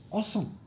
awesome